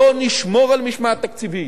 בואו ונשמור על משמעת תקציבית,